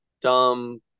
dumb